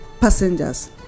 Passengers